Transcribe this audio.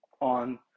on